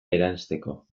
eranzteko